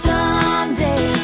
Someday